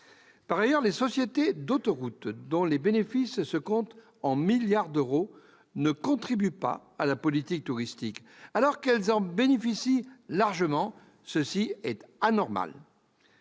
Par ailleurs, les sociétés d'autoroutes, dont les bénéfices se comptent en milliards d'euros, ne contribuent pas à la politique touristique, alors qu'elles en bénéficient largement. C'est anormal.